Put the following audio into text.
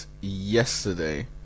yesterday